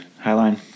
Highline